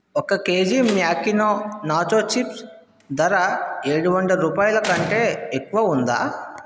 ఒక కేజీ మ్యాకినో nacho chips ధర ఏడు వందల రూపాయలకంటే ఎక్కువ ఉందా